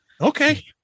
Okay